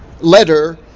letter